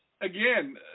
Again